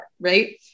right